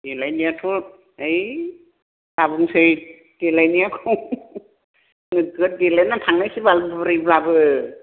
देलायनायाथ' ओइ दाबुंसै देलायनायखौ नोगोद देलायनानै थांनोसै बाल बुरैब्लाबो